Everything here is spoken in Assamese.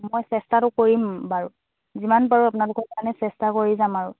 মই চেষ্টাটো কৰিম বাৰু যিমান পাৰোঁ আপোনালোকৰ কাৰণে চেষ্টা কৰি যাম আৰু